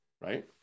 right